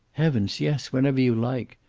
heavens, yes. whenever you like.